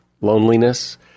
loneliness